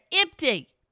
empty